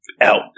out